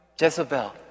Jezebel